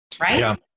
Right